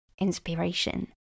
inspiration